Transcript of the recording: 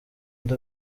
undi